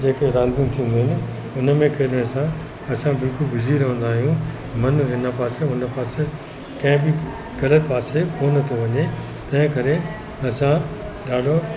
जेके रांदियूं थींदियूं आहिनि हुन में खेॾण सां असां बिल्कुलु बिज़ी रहंदा आहियूं मनु हिन पासे हुन पासे कंहिं बि ग़लति पासे कोन थो वञे तंहिं करे असां ॾाढो